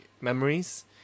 memories